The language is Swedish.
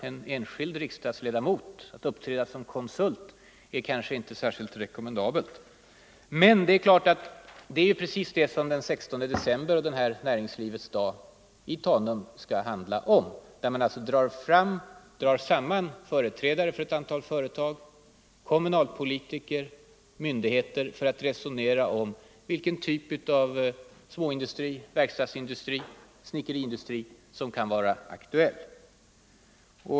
En enskild riksdagsledamot har svårt att uppträda som konsult i sådana frågor. Men det är precis detta som näringslivets dag skall handla om den 16 december i Tanum då folkpartiet samlar företrädare för ett antal företag, kommunalpolitiker och myndigheter för att resonera om vilka typer av småindustri, verkstadsindustri, snickeriindustri osv. som kan vara aktuella.